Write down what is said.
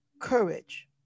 courage